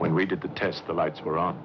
when we did the test the lights were on